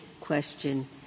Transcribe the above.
question